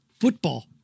Football